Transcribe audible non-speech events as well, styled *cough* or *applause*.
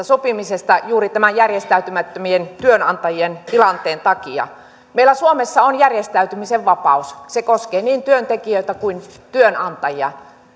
*unintelligible* sopimisesta juuri tämän järjestäytymättömien työnantajien tilanteen takia meillä suomessa on järjestäytymisen vapaus se koskee niin työntekijöitä kuin työnantajia *unintelligible*